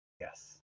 Yes